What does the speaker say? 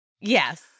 Yes